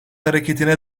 hareketine